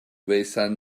besan